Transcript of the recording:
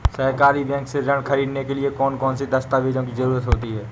सहकारी बैंक से ऋण ख़रीदने के लिए कौन कौन से दस्तावेजों की ज़रुरत होती है?